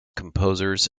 composers